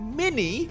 mini